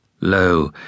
Lo